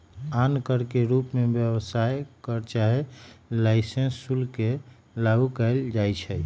आन कर के रूप में व्यवसाय कर चाहे लाइसेंस शुल्क के लागू कएल जाइछै